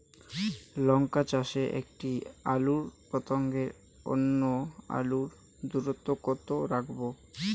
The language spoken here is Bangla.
লঙ্কা চাষে একটি আলুর সঙ্গে অন্য আলুর দূরত্ব কত রাখবো?